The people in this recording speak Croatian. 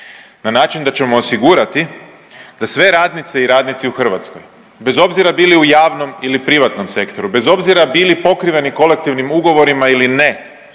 na način da ćemo osigurati da sve radnice i radnici u hrvatskoj bez obzira bili u javnom ili privatnom sektoru, bez obzira bili pokriveni kolektivnim ugovorima ili ne